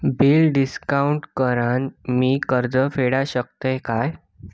Bill discount करान मी कर्ज फेडा शकताय काय?